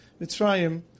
Mitzrayim